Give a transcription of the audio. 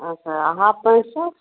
अच्छा half pant सब